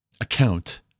account